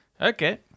Okay